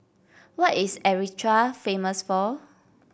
what is Eritrea famous for